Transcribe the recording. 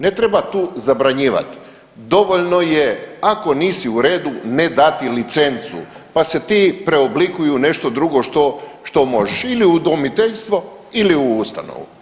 Ne treba tu zabranjivat, dovoljno je ako nisi u redu ne dati licencu, pa se ti preoblikuj u nešto drugo što, što možeš ili u udomiteljstvo ili u ustanovu.